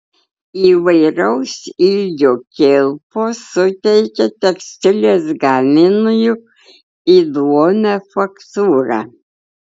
įvairaus ilgio kilpos suteikia tekstilės gaminiui įdomią faktūrą